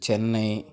Chennai